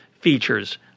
features